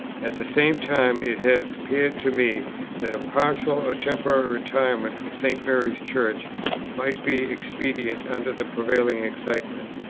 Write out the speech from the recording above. at the same time it has appeared to me that a partial or temporary retirement from st. mary's church might be expedient under the prevailing excitement.